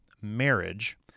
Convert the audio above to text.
marriage